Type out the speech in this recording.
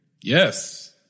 Yes